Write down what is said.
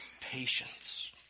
patience